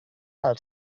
als